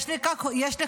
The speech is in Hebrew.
יש לך כוח,